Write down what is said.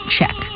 Check